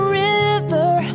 river